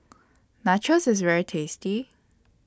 Nachos IS very tasty